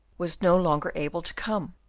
was no longer able to come.